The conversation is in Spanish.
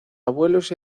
abuelos